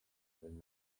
even